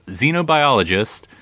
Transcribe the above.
xenobiologist